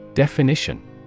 Definition